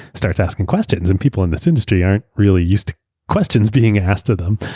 starts asking questions. and people in this industry aren't really used to questions being asked of them.